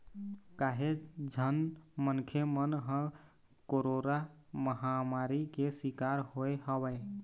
काहेच झन मनखे मन ह कोरोरा महामारी के सिकार होय हवय